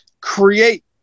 create